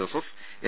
Joseph N